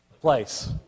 place